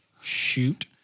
shoot